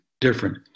different